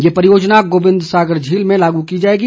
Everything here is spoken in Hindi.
यह परियोजना गोबिंद सागर झील में लागू की जाएगी